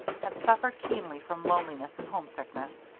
had suffered keenly from loneliness and homesickness.